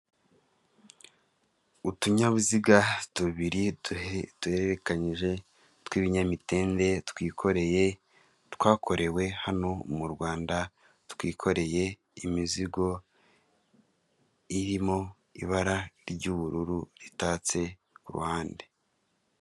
Utunyabiziga tubiri duhererekanyije tw'ibinyamitende twikoreye twakorewe hano mu Rwanda twikoreye imizigo irimo ibara ry'ubururu ritatse ku ruhande.